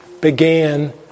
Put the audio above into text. began